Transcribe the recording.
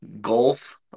golf